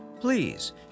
Please